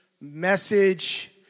message